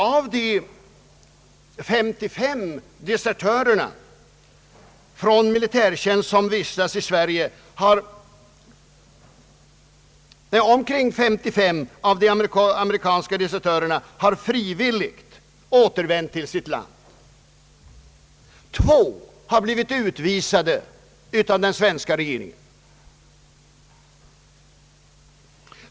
Omkring 55 av de amerikanska desertörer, som vistas i Sverige, har frivilligt återvänt till sitt land. Två har blivit utvisade av den svenska regeringen.